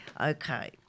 Okay